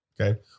Okay